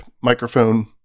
microphone